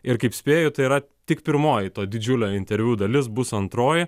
ir kaip spėju tai yra tik pirmoji to didžiulio interviu dalis bus antroji